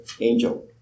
angel